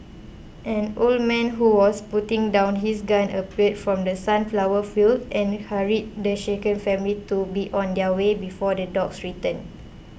an old man who was putting down his gun appeared from the sunflower fields and hurried the shaken family to be on their way before the dogs return